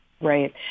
Right